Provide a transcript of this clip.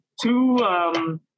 two